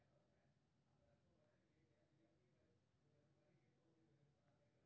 मुद्रास्फीति एकटा निश्चित अवधि मे कीमत मे वृद्धिक दर होइ छै